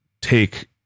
take